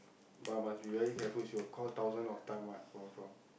but must be very careful she will call thousand of time one confirm